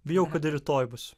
bijau kad rytoj bus